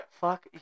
Fuck